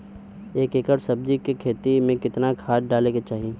एक एकड़ सब्जी के खेती में कितना खाद डाले के चाही?